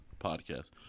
Podcast